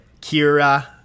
kira